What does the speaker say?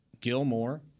Gilmore